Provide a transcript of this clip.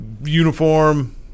uniform